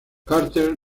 carter